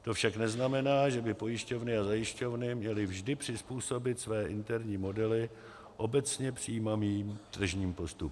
To však neznamená, že by pojišťovny a zajišťovny měly vždy přizpůsobit své interní modely obecně přijímaným tržním postupům.